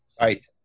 right